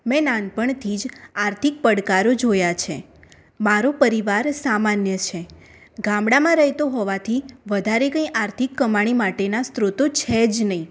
મેં નાનપણથી જ આર્થિક પડકારો જોયા છે મારો પરિવાર સામાન્ય છે ગામડામાં રહેતો હોવાથી વધારે કંઈ આર્થિક કમાણી માટેના સ્ત્રોતો છે જ નહીં